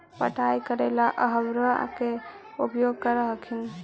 पटाय करे ला अहर्बा के भी उपयोग कर हखिन की?